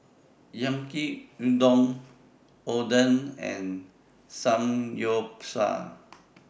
Yaki Udon Oden and Samgyeopsal